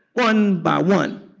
one by one.